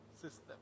system